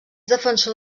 defensor